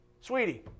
sweetie